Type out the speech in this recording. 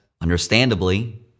understandably